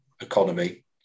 economy